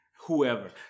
whoever